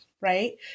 right